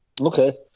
Okay